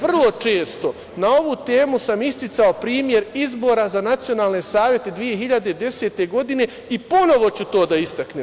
Vrlo često na ovu temu sam isticao primer izbora za nacionalne savete 2010. godine i ponovo ću to da istaknem.